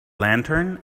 lantern